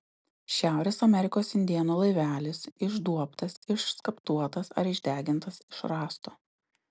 šiaurės amerikos indėnų laivelis išduobtas išskaptuotas ar išdegintas iš rąsto